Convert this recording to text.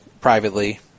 privately